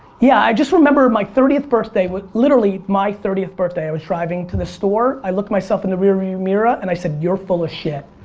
yeah, i just remember my thirtieth birthday. literally my thirtieth birthday i was driving to the store. i looked myself in the rear view mirror, and i said you're full of shit.